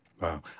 Wow